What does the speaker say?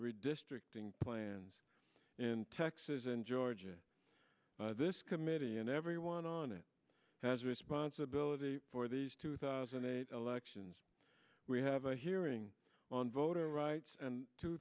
redistricting plans in texas and georgia this committee and everyone on it has responsibility for these two thousand and eight elections we have a hearing on voter rights and two